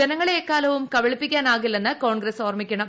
ജനങ്ങളെ എക്കാലവും കബളിപ്പിക്കാനാകില്ലെന്ന് കോൺഗ്രസ് ഓർമ്മിക്കണം